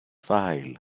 file